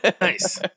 Nice